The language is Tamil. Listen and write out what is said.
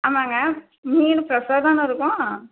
ஆமாங்க மீன் ஃப்ரெஸ்ஸாக தானே இருக்கும்